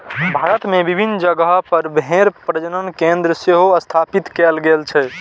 भारत मे विभिन्न जगह पर भेड़ प्रजनन केंद्र सेहो स्थापित कैल गेल छै